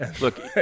Look